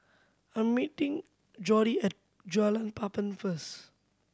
I meeting Jordy at Jalan Papan first